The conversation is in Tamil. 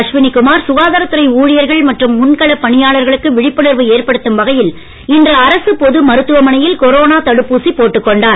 அஸ்வினி குமார் சுகாதாரத்துறை ஊழியர்கள் மற்றும் முன்களப் பணியாளர்களுக்கு விழிப்புணர்வு ஏற்படுத்தும் வகையில் இன்று அரசுப் பொது மருத்துவமனையில் கொரோனா தடுப்பூசி போட்டுக் கொண்டார்